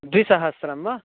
द्विसहस्रं वा